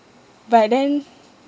but then